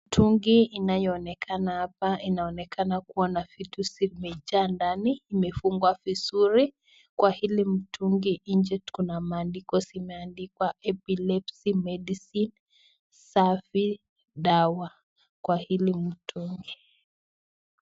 Mtu inayoonekana hapa inaonekana kuwa na vitu zimejaa ndani imefungwa vizuri kwa hili mtungi nje kuna maandiko zimeandikwa epilepsy medicine safi dawa kwa hili mtungi.